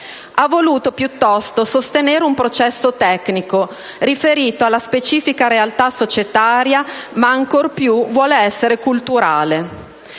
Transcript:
Ha voluto, piuttosto, sostenere un processo tecnico riferito alla specifica realtà societaria, ma ancor più vuole essere culturale.